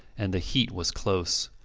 and the heat was close.